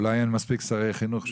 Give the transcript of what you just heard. אולי אין מספיק שרי חינוך שיבואו.